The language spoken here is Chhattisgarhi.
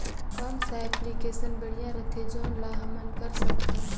कौन सा एप्लिकेशन बढ़िया रथे जोन ल हमन कर सकथन?